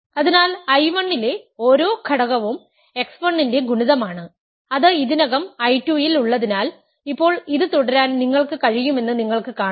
അതിനാൽ I 1 ലെ ഓരോ ഘടകവും x 1 ന്റെ ഗുണിതമാണ് അത് ഇതിനകം I2 ൽ ഉള്ളതിനാൽ ഇപ്പോൾ ഇത് തുടരാൻ നിങ്ങൾക്ക് കഴിയുമെന്ന് നിങ്ങൾക്ക് കാണാo